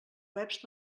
webs